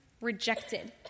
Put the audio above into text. rejected